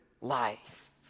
life